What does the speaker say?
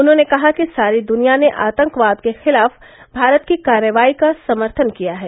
उन्होंने कहा कि सारी दुनिया ने आतंकवाद के खिलाफ भारत की कार्रवाई का समर्थन किया है